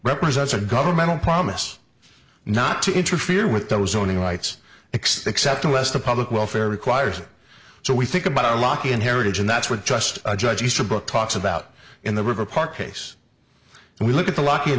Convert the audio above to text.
represents a governmental promise not to interfere with those owning rights except unless the public welfare requires it so we think about our lock in heritage and that's what just a judge easterbrook talks about in the river park ace and we look at the luck